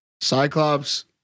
Cyclops